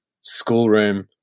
schoolroom